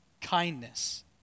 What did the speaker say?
kindness